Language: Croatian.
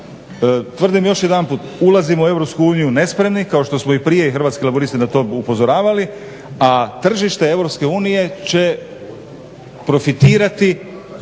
Tvrdim još jedanput, ulazimo u Europsku uniju nespremni kao što smo i prije Hrvatski laburisti na to upozoravali, a tržište Europske unije